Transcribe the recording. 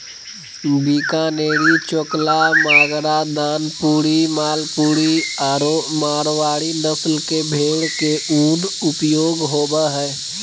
बीकानेरी, चोकला, मागरा, दानपुरी, मालपुरी आरो मारवाड़ी नस्ल के भेड़ के उन उपयोग होबा हइ